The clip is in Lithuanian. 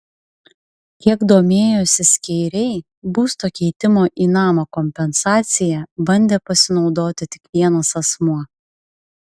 kiek domėjosi skeiriai būsto keitimo į namą kompensacija bandė pasinaudoti tik vienas asmuo